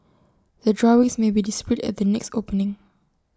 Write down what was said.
the drawings may be displayed at the next opening